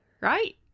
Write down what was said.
right